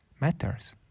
matters